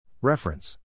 Reference